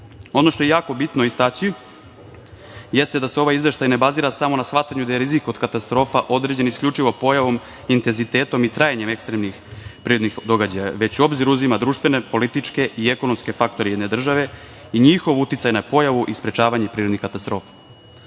što je jako bitno istaći jeste da se ovaj izveštaj ne bazira samo na shvatanju da je rizik od katastrofa određen isključivo pojavom, intenzitetom i trajanjem ekstremnih prirodnih događaja, već u obzir uzima društvene, političke i ekonomske faktore jedne države i njihov uticaj na pojavu i sprečavanje prirodnih katastrofa. Dakle,